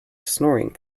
snoring